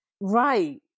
right